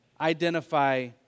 identify